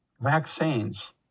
Vaccines